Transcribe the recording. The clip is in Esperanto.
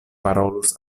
parolus